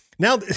Now